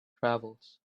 travels